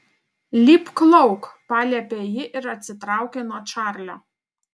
lipk lauk paliepė ji ir atsitraukė nuo čarlio